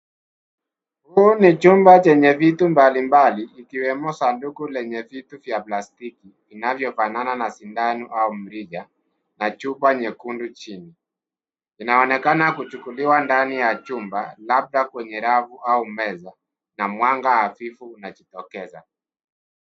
Huu ni chumba chenye vitu mbalimbali ikiwemo sanduku lenye vitu vya plastiki inavyofanana na sindano au mrija na chupa nyekundu chini. Inaonekana kuchukuliwa ndani ya chumba labda kwenye rafu au meza na mwanga hafifu unajitokeza.